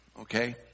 Okay